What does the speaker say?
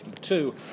Two